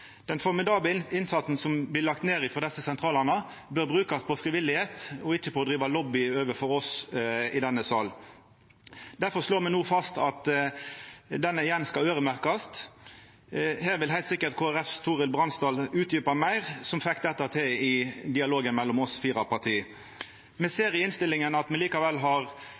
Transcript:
Den formidable innsatsen som blir lagt ned frå desse sentralane, bør brukast på frivillig innsats og ikkje på å driva lobbyverksemd overfor oss i denne salen. Difor slår me no fast at desse midla igjen skal øyremerkast. Her vil heilt sikkert Kristeleg Folkepartis Torild Brandsdal utdjupa meir, ho som fekk dette til i dialogen mellom oss fire partia. Me ser i innstillinga at me likevel har